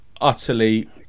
utterly